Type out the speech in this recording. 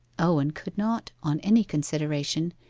owen could not, on any consideration,